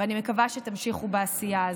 ואני מקווה שתמשיכו בעשייה הזאת.